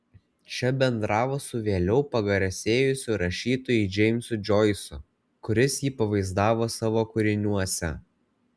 čia bendravo su vėliau pagarsėjusiu rašytoju džeimsu džoisu kuris jį pavaizdavo savo kūriniuose